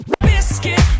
biscuit